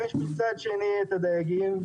מצד שני יש את הדייגים,